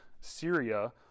Syria